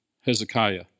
Hezekiah